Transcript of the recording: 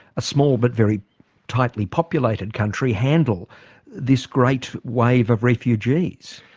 a small but very tightly populated country, handle this great wave of refugees?